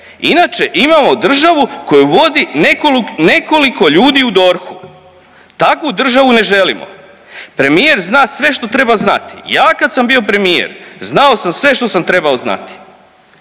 inače imamo državu koju vodi nekoliko ljudi u DORH-u, takvu državu ne želimo. Premijer zna sve što treba znati. Ja kad sam bio premijer znao sam sve što sam trebao znati.